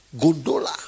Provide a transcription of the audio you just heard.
gondola